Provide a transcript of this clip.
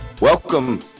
welcome